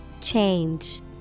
Change